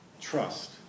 trust